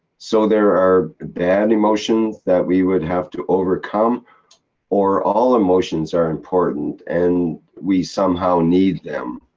so there are bad emotions that we would have to overcome or all emotions are important, and, we somehow need them?